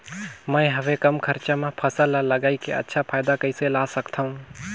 मैं हवे कम खरचा मा फसल ला लगई के अच्छा फायदा कइसे ला सकथव?